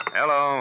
hello